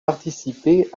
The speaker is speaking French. participé